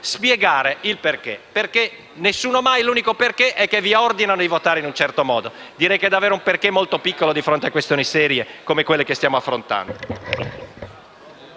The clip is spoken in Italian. spiegare il perché. L'unico perché è che vi ordinano di votare in un certo modo: direi che è davvero un perché molto piccolo di fronte a questioni serie come quelle che stiamo affrontando.